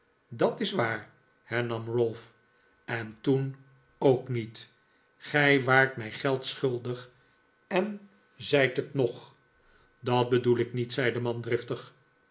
dat is waar hernam ralph en toen ook niet gij waart mij geld schuldig en zijt het nog dat bedoel ik niet zei de man driftig